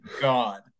god